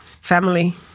Family